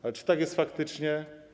Ale czy tak jest faktycznie?